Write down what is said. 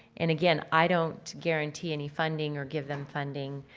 and again i don't guarantee any funding or give them funding,